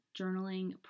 journaling